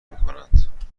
میکنند